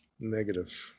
Negative